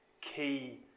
key